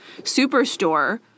Superstore